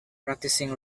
practicing